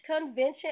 Convention